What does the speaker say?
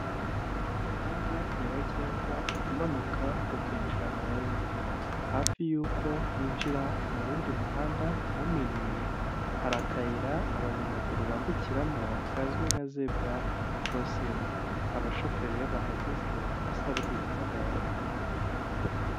Umuhanda nyabagendwa umanuka ukinjira mu wundi, hafi y'uko winjira mu wundi muhanda munini hari akayira abanyamaguru bambukiramo kazwi nka zebura kurosingi. Abashoferi iyo bahageze basabwe guhagarara.